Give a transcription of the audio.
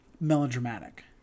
melodramatic